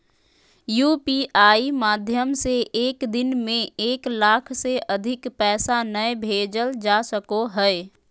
UPI माध्यम से एक दिन में एक लाख से अधिक पैसा नय भेजल जा सको हय